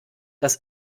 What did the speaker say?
dass